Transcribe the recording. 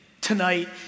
tonight